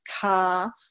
calf